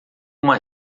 uma